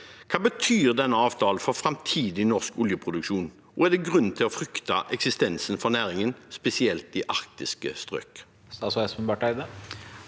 Hva betyr denne avtalen for framtidig norsk oljeproduksjon? Er det grunn til å frykte for eksistensen til næringen, spesielt i arktiske strøk? Statsråd Espen Barth Eide